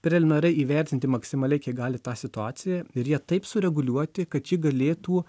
preliminariai įvertinti maksimaliai kiek gali tą situaciją ir ją taip sureguliuoti kad ji galėtų